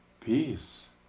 peace